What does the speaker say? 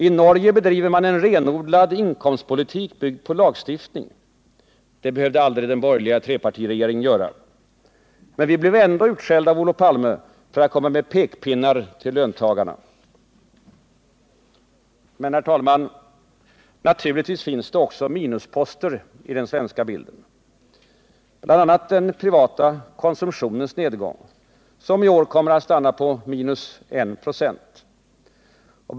I Norge bedriver man en renodlad inkomstpolitik, byggd på lagstiftning. Det behövde aldrig den borgerliga trepartiregeringen göra. Men vi blev ändå utskällda av Olof Palme för att komma med pekpinnar till löntagarna. Men naturligtvis finns det också minusposter i den svenska bilden, bl.a. den privata konsumtionens nedgång, som i år kommer att stanna på 1 96.